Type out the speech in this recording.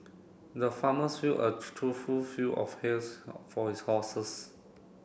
the farmers filled a trough fill of for his horses